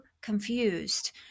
confused